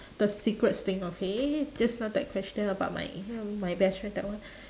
the secrets thing okay just now that question about my my best friend that one